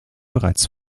bereits